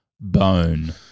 bone